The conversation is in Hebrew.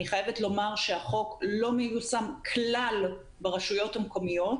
אני חייבת לומר שהחוק לא מיושם כלל ברשויות המקומיות